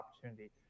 opportunity